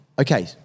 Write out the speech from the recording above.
okay